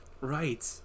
right